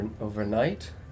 Overnight